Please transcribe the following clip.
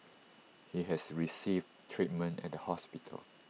he has received treatment at the hospital